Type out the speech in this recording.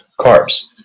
carbs